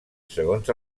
segons